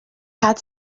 had